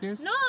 No